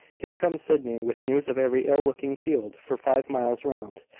here comes sydney, with news of every ill-looking field for five miles round,